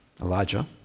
Elijah